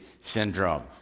Syndrome